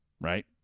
right